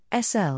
SL